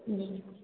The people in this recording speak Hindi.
जी